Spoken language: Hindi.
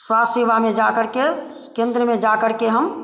स्वास्थ्य सेवा में जाकर के केंद्र में जाकर के हम